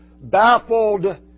baffled